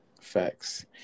facts